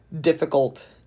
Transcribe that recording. difficult